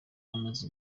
amaze